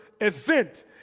event